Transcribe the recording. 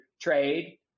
trade